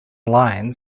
line